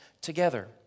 together